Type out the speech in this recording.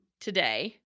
today